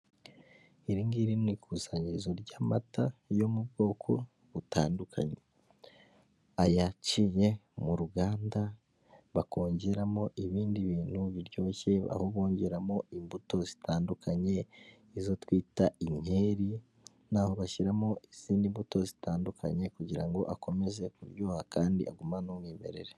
Iri ngiro n'ikusanyirizo ry'amata yo mu bwoko butandukanye ayaciye mu ruganda bakongeramo ibindi bintu biryoshye aho bongeramo imbuto zitandukanye izo twita inkeri n'aho bashyiramo izindi mbuto zitandukanye kugira ngo akomeze kuryoha kandi aguman n'umwimerere.